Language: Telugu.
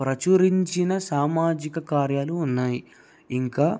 ప్రచురించిన సామాజిక కార్యాలు ఉన్నాయి ఇంకా